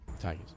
Tigers